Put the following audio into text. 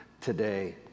today